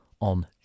on